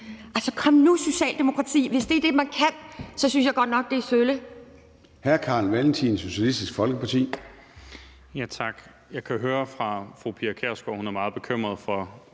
noget. Kom nu, Socialdemokrati! Hvis det er det, man kan, så synes jeg godt nok, det er sølle.